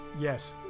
Yes